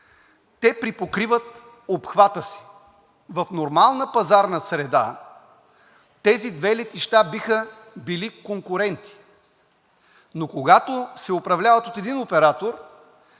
те припокриват обхвата си. В нормална пазарна среда тези две летища биха били конкуренти, но когато се управляват от един оператор